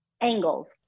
angles